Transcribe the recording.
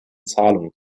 zahlung